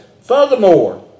Furthermore